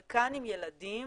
חלקן עם ילדים